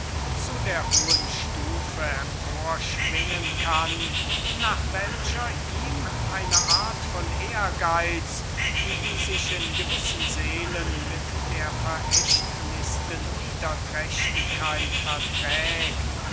zu dieser hohen stufe emporzuschwingen nach welcher ihm eine art von ambition die sich in gewissen seelen mit der verächtlichsten niederträchtigkeit vollkommen wohl verträgt